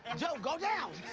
and joe, go down!